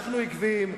אנחנו עקביים.